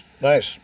Nice